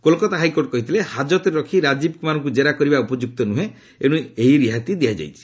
Kolkata high court କହିଥିଲେ ହାଜତରେ ରଖି ରାଜୀବ କୁମାରଙ୍କୁ ଜେରା କରିବା ଉପଯୁକ୍ତ ନ୍ଦୁହେଁ ଏଣ୍ଡ୍ର ଏହି ରିହାତି ଦିଆଯାଇଛି